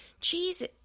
Cheese